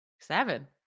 Seven